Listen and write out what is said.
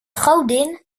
godin